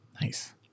Nice